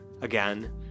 Again